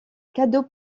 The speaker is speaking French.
cadeau